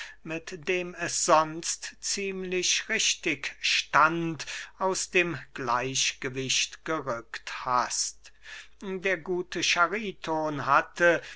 mit dem es sonst ziemlich richtig stand aus dem gleichgewicht gerückt hast der gute chariton hatte